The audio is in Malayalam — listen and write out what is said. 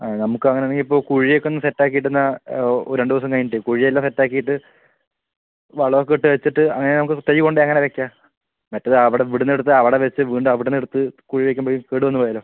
ആ നമുക്ക് അങ്ങനെ ആണെങ്കിൽ ഇപ്പോൾ കുഴി ഒക്കെ ഒന്ന് സെറ്റ് ആക്കിയിട്ട് എന്നാൽ ഓ രണ്ട് ദിവസം കഴിഞ്ഞിട്ട് കുഴി എല്ലം സെറ്റ് ആക്കിയിട്ട് വളം ഒക്കെ ഇട്ട് വെച്ചിട്ട് അങ്ങനെ നമുക്ക് തൈ കൊണ്ട് അങ്ങനെ വയ്ക്കാം മറ്റേത് അവിടെ ഇവിടെ നിന്ന് എടുത്ത് അവിട വെച്ച് വീണ്ടും അവിടന്ന് എടുത്ത് കുഴി വെയ്ക്കുമ്പം കേട് വന്ന് പോയാലോ